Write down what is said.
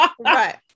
Right